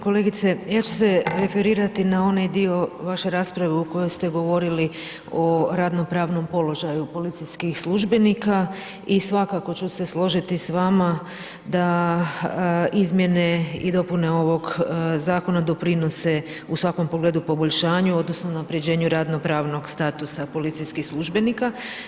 Kolegice, ja ću se referirati na onaj dio vaše rasprave u kojoj ste govorili o radno-pravnom položaju policijskih službenika, i svakako ću se složiti s vama da izmjene i dopune ovog Zakona doprinose u svakom pogledu poboljšanju odnosno unapređenju radno-pravnog statusa policijskih službenika.